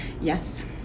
yes